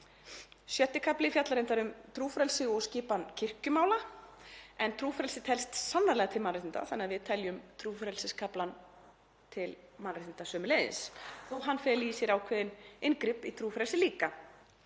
VI. kafli fjallar reyndar um trúfrelsi og skipan kirkjumála en trúfrelsi telst sannarlega til mannréttinda þannig að við teljum trúfrelsiskaflann til mannréttinda sömuleiðis þó að hann feli í sér ákveðin inngrip í trúfrelsi líka